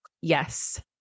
Yes